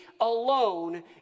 alone